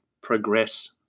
progress